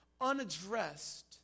unaddressed